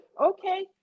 Okay